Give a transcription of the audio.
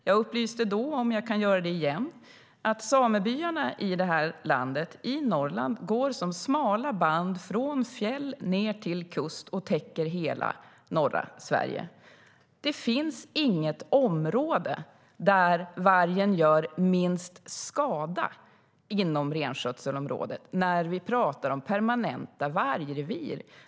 Jag upplyste då, och kan göra det igen, om att samebyarna i Norrland går som smala band från fjäll ned till kust och täcker hela norra Sverige. Det finns inget område där vargen "gör minst skada" inom renskötselområdet när vi pratar om permanenta vargrevir.